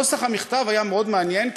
נוסח המכתב היה מעניין מאוד,